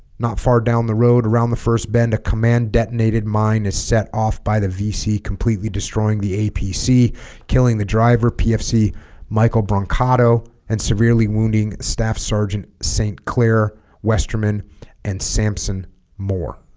not far down the road around the first bend a command detonated mine is set off by the vc completely destroying the apc killing the driver pfc pfc michael brancato and severely wounding staff sergeant saint clair westerman and samson moore